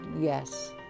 yes